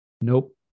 nope